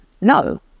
no